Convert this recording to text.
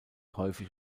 häufig